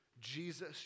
Jesus